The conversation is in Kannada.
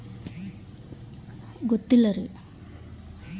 ರೈತರ ಕೈಗೆ ನಂತರ ಯಾವ ರೇತಿ ಒಕ್ಕಣೆ ಮಾಡ್ತಾರೆ ಅಂತ ನಿಮಗೆ ಗೊತ್ತೇನ್ರಿ?